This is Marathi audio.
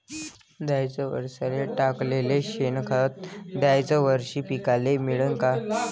थ्याच वरसाले टाकलेलं शेनखत थ्याच वरशी पिकाले मिळन का?